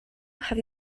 have